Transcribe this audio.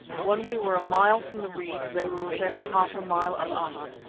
when we were a mile from the reeds they were within half a mile of us,